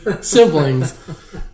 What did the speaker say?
siblings